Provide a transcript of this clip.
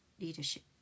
leadership